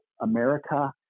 America—